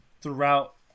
throughout